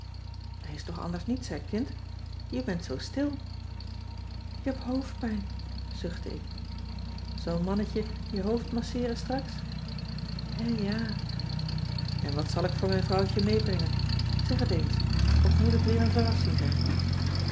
er is toch anders niets hè kind je bent zoo stil ik heb hoofdpijn zuchtte ik zal mannetje je hoofd masseeren straks hè ja en wat zal ik voor mijn vrouwtje meebrengen zeg het eens of moet het weer een verrassing zijn